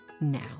Now